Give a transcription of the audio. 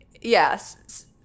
yes